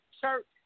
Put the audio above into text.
church